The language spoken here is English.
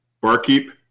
Barkeep